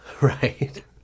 Right